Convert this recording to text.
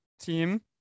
team